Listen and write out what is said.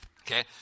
Okay